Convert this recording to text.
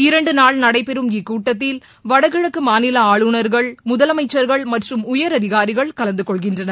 இரண்டுநாள் நடைபெறும் இக்கூட்டத்தில் வடகிழக்கு மாநில ஆளுநர்கள் முதலமைச்சர்கள் மற்றும் உயரதிகாரிகள் கலந்துகொள்கின்றனர்